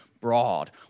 broad